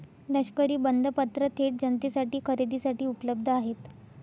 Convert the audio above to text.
लष्करी बंधपत्र थेट जनतेसाठी खरेदीसाठी उपलब्ध आहेत